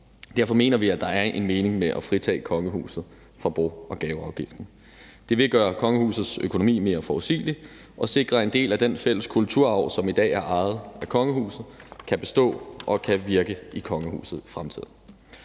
Derfor mener vi, at der er en mening med at fritage kongehuset for bo- og gaveafgiften. Det vil gøre kongehusets økonomi mere forudsigelig og sikre, at en del af den fælles kulturarv, som i dag er ejet af kongehuset, kan bestå og kan virke i kongehuset i fremtiden.